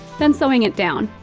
then sewing it down.